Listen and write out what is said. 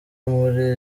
muri